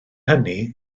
hynny